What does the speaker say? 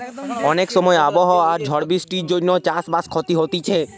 অনেক সময় আবহাওয়া আর ঝড় বৃষ্টির জন্যে চাষ বাসে ক্ষতি হতিছে